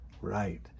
Right